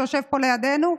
שיושב פה לידנו.